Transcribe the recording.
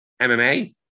MMA